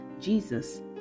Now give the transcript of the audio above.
Jesus